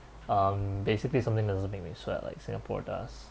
um basically something that doesn't make me sweat like singapore does